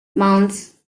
mount